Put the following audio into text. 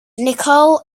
nicole